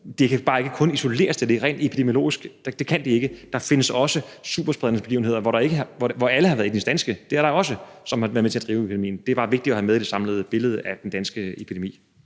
det kan bare ikke kun isoleres til det rent epidemiologisk. Det kan det ikke. Der findes også superspredningsbegivenheder, hvor alle har været etnisk danske – det har der også været – som har været med til at drive epidemien. Det er bare vigtigt at have med i det samlede billede af epidemien